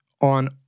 on